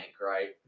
right